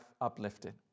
uplifted